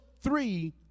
three